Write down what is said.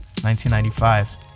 1995